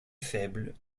faible